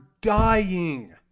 dying